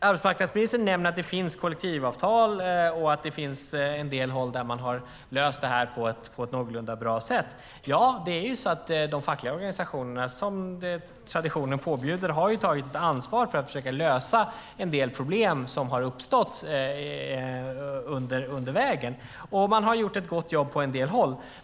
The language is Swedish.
Arbetsmarknadsministern nämner att det finns kollektivavtal och att man har löst det här på ett någorlunda bra sätt på en del håll. Ja, som traditionen påbjuder har de fackliga organisationerna tagit ansvar för att försöka lösa en del problem som har uppstått på vägen. Man har gjort ett gott jobb på en del håll.